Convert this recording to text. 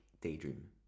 Daydream